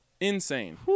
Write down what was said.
Insane